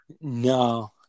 No